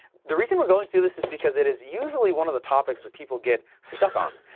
the reason we're going through this is because it is usually one of the topics that people get stuck on.